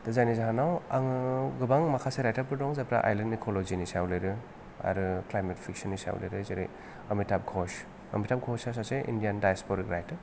दा जायनि जाहोनाव आङो गोबां माखासे रायथारफोर दं जायफ्रा आइलेण्ड इक'ल'जिनि सायाव लिरो आरो क्लायमेट फिक्सननि सायाव लिरो जेरै अमिताभ घस अमिताभ घस आ सासे इण्डियान दायासपरिक रायथार